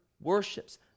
Worships